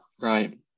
Right